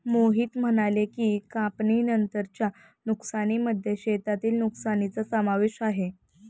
मोहित म्हणाले की, कापणीनंतरच्या नुकसानीमध्ये शेतातील नुकसानीचा समावेश आहे